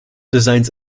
designs